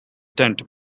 tent